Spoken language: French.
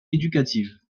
éducative